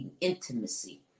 intimacy